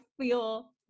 feel